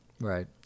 Right